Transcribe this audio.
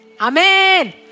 Amen